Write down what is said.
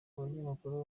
abanyamakuru